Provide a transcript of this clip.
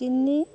ଚିନି